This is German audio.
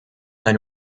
eine